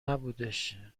نبودش